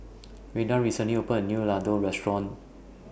Redden recently opened A New Ladoo Restaurant